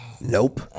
Nope